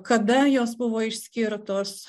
kada jos buvo išskirtos